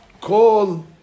call